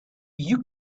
you